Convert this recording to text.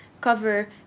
cover